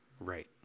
right